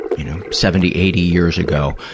you know, seventy, eighty years ago,